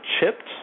chipped